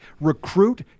recruit